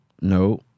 No